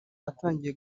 atangiye